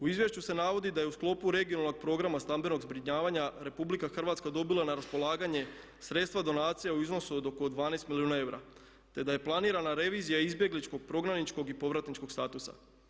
U izvješću se navodi da je u sklopu regionalnog programa stambenog zbrinjavanja RH dobila na raspolaganje sredstva donacija u iznosu od oko 12 milijuna eura te da je planirana revizija izbjegličkog, prognaničkog i povratničkog statusa.